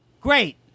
Great